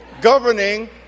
governing